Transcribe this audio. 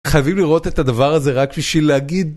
חייבים לראות את הדבר הזה רק בשביל להגיד.